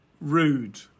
rude